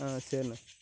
ஆ சரிண்ணே